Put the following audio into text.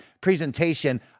presentation